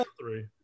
three